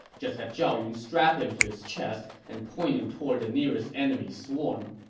just have zhao yun strap him to his chest and point him toward the nearest enemy swarm